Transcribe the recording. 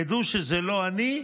תדעו שזה לא אני,